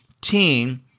team